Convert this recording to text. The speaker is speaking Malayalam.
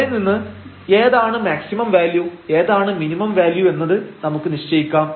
അവിടെനിന്ന് ഏതാണ് മാക്സിമം വാല്യു ഏതാണ് മിനിമം വാല്യൂ എന്നത് നമുക്ക് നിശ്ചയിക്കാം